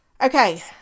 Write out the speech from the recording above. Okay